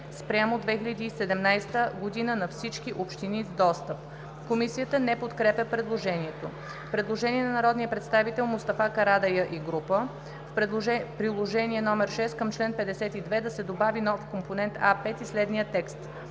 спрямо 2017 г. на всички общини с достъп“.“ Комисията не подкрепя предложението. Предложение на народния представител Мустафа Карадайъ и група народни представители: „В Приложение № 6 към чл. 52 да се добави нов компонент А5 и следният текст: